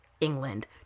England